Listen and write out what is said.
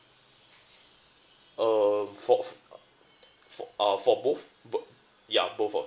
um for f~ for uh for both bo~ ya both of it